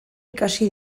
ikasi